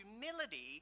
humility